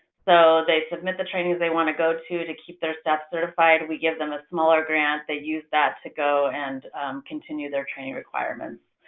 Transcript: so, they submit the trainings they want to go to to keep their staff certified. we give them a small grant. they use that to go and continue their training requirements.